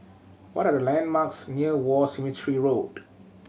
what are the landmarks near War Cemetery Road